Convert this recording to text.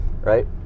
Right